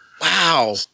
Wow